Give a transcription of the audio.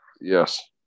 Yes